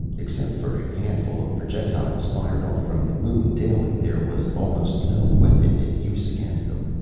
except for a handful of projectiles fired off from the moon daily, there was almost no weapon in use against them.